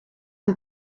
een